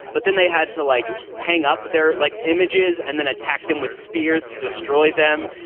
but then they had to, like, hang up. they're like images and then attack them with spears to destroy them.